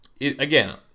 again